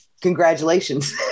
congratulations